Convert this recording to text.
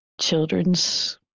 children's